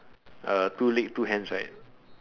uh two leg two hands right